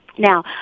Now